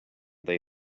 they